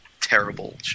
terrible